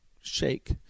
shake